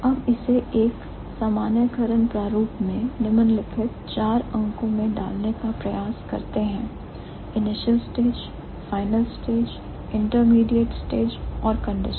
अब इससे एक सामान्यीकरण प्रारूप में निम्नलिखित 4 अंकों में डालने का प्रयास करते हैं initial stage final stage intermediate stage और conditions